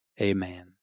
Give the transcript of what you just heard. amen